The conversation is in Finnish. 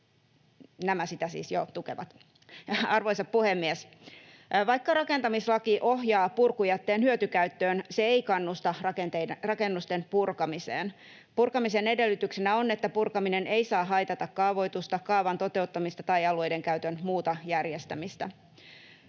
nämä sitä siis jo tukevat. Arvoisa puhemies! Vaikka rakentamislaki ohjaa purkujätteen hyötykäyttöön, se ei kannusta rakennusten purkamiseen. Purkamisen edellytyksenä on, että purkaminen ei saa haitata kaavoitusta, kaavan toteuttamista tai alueiden käytön muuta järjestämistä.